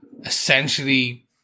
essentially